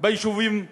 ביישובים הדרוזיים.